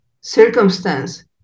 circumstance